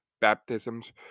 baptisms